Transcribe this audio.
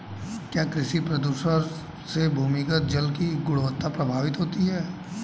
क्या कृषि प्रदूषण से भूमिगत जल की गुणवत्ता प्रभावित होती है?